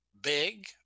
big